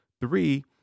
Three